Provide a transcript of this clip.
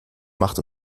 macht